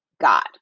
God